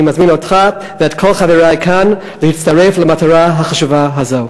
אני מזמין אותך ואת כל חברי כאן להצטרף למטרה החשובה הזו.